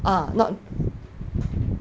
uh not